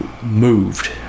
moved